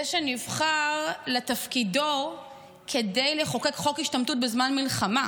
זה שנבחר לתפקידו כדי לחוקק חוק השתמטות בזמן מלחמה,